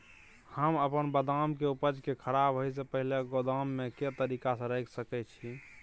हम अपन बदाम के उपज के खराब होय से पहिल गोदाम में के तरीका से रैख सके छी?